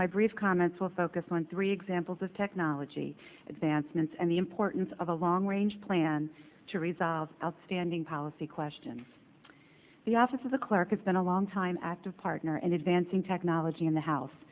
my brief comments will focus on three examples of technology advancements and the importance of a long range plan to resolve outstanding policy questions the office of the clerk has been a long time active partner in advancing technology in the house